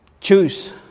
Choose